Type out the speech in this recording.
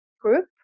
group